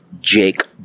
Jake